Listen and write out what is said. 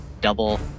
double